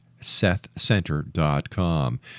sethcenter.com